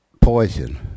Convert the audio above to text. poison